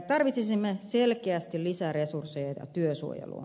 tarvitsisimme selkeästi lisää resursseja työsuojeluun